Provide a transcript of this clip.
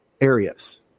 areas